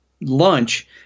lunch